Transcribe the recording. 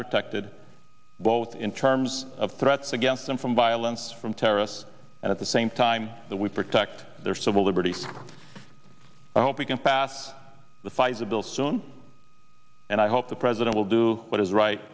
protected both in terms of threats against them from violence from terrorists at the same time that we protect their civil liberties i hope we can pass the fight's a bill soon and i hope the president will do what is right